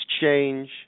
change